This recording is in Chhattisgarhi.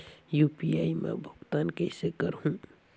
यू.पी.आई मा भुगतान कइसे करहूं?